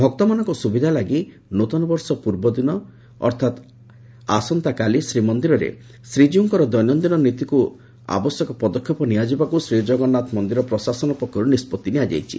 ଭକ୍ତମାନଙ୍କ ସୁବିଧାଲାଗି ନ୍ତଆବର୍ଷ ପୂର୍ବଦିନ ଅର୍ଥାତ୍ ଆସନ୍ତାକାଲି ଦିନ ଶ୍ରୀମନ୍ଦିରରେ ଶ୍ରୀଜୀଉଙ୍କର ଦୈନନ୍ଦିନ ନୀତିକୁ ଦୃଷ୍ଟିରେ ରଖ ଆବଶ୍ୟକ ପଦକ୍ଷେପ ନିଆଯିବାକୁ ଶ୍ରୀଜଗନ୍ନାଥ ମନ୍ଦିର ପ୍ରଶାସନ ପକ୍ଷରୁ ନିଷ୍ବଭି ନିଆଯାଇଛି